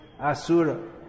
Asura